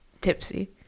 tipsy